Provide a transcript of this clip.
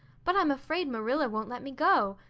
but i'm afraid marilla won't let me go.